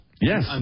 Yes